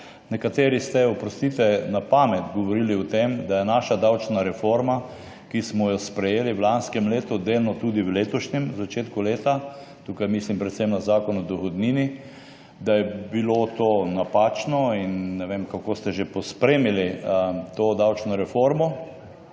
Nekateri ste, oprostite, na pamet govorili o tem, da je naša davčna reforma, ki smo jo sprejeli v lanskem letu, delno tudi v letošnjem, v začetku leta, tukaj mislim predvsem na Zakon o dohodnini, napačna, ne vem, kako ste že pospremili to davčno reformo,